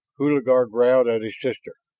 hulagur growled at his sister,